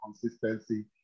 consistency